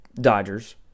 Dodgers